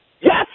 Yes